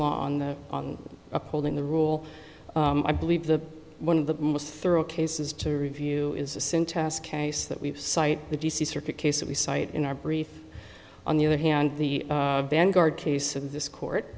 law on the upholding the rule i believe the one of the most thorough cases to review is a sin test case that we've cite the d c circuit case that we cite in our brief on the other hand the vanguard case and this court